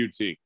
UT